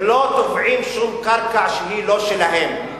הם לא תובעים שום קרקע שהיא לא שלהם.